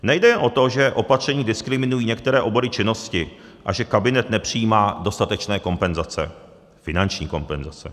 Nejde jen o to, že opatření diskriminují některé obory činnosti a že kabinet nepřijímá dostatečné kompenzace, finanční kompenzace.